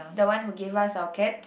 the one who give us our cats